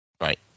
right